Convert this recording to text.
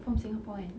from singapore kan